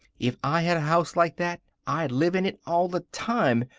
if i had a house like that, i'd live in it all the time,